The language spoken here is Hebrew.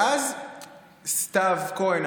ואז סתיו כהן,